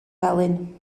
felyn